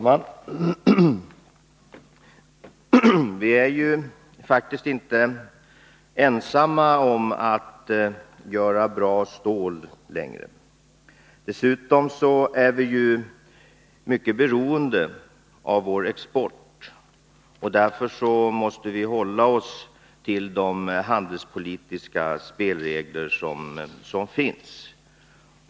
Herr talman! Vi är faktiskt inte längre ensamma om att göra bra stål. Dessutom är vi ju mycket beroende av vår export. Därför måste vi hålla oss till de handelspolitiska spelregler som finns.